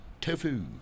Tofu